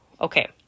Okay